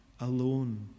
alone